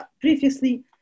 previously